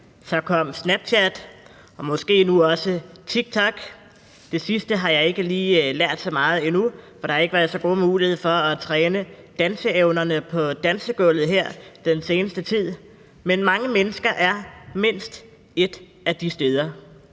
så kom Snapchat og måske nu også TikTok. Det sidste har jeg ikke lige lært så meget endnu, for der har ikke været så god mulighed for at træne danseevnerne på dansegulvet her den seneste tid. Men mange mennesker er mindst et af de steder,